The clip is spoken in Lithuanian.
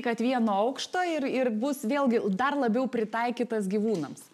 kad vieno aukšto ir ir bus vėlgi dar labiau pritaikytas gyvūnams